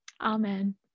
Amen